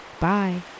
Bye